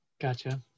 gotcha